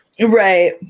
right